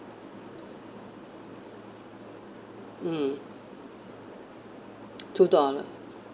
mm two dollar